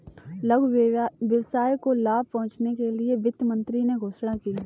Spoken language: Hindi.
लघु व्यवसाय को लाभ पहुँचने के लिए वित्त मंत्री ने घोषणा की